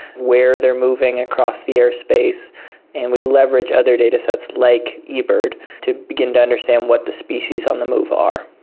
where they're moving across the airspace and we leverage other datasets like ebird to begin to understand what the species on the move are.